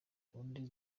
ubundi